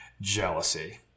Jealousy